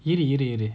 இருஇருஇரு:iruiruiru